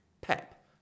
PEP